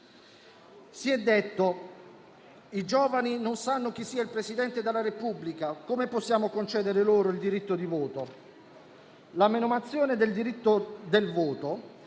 Si è detto: i giovani non sanno chi sia il Presidente della Repubblica, come possiamo concedere loro il diritto di voto? La menomazione del diritto di voto